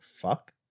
fuck